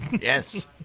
Yes